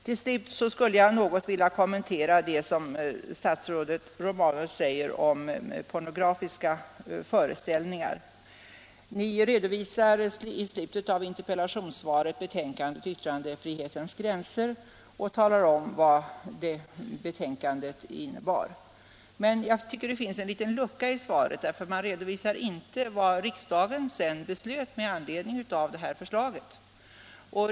Jag skulle också något vilja kommentera det som statsrådet Romanus säger om pornografiska föreställningar. Ni hänvisar i slutet av interpellationssvaret till betänkandet Yttrandefrihetens gränser och talar om, vad det betänkandet innebar. Det finns emellertid en liten lucka i svaret, för där redovisas inte vad riksdagen sedan beslöt med anledning av det betänkandet.